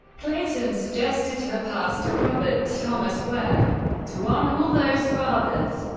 clayton suggested her pastor robert thomas webb to honor all those fathers.